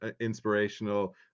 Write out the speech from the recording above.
inspirational